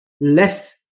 less